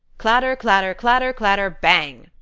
clatter, clatter, clatter, clatter, bang!